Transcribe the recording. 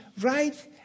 right